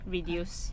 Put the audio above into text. Reduce